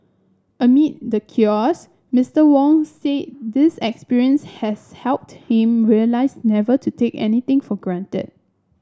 amid the chaos Mister Wong said this experience has helped him realise never to take anything for granted